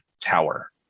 tower